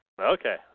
Okay